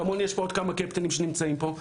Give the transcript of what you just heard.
כמוני יש עוד כמה קפטנים שנמצאים פה,